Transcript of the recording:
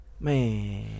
Man